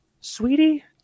sweetie